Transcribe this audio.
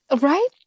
Right